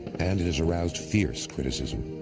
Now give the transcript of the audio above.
and it has aroused fierce criticism,